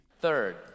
Third